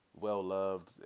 well-loved